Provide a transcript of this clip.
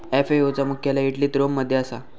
FAO चा मुख्यालय इटलीत रोम मध्ये असा